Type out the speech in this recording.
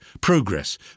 Progress